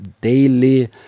daily